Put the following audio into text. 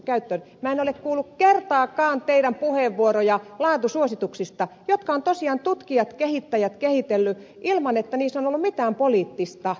minä en ole kuullut kertaakaan teidän puheenvuorojanne laatusuosituksista jotka ovat tosiaan tutkijat kehittäjät kehitelleet ilman että niissä on ollut mitään poliittista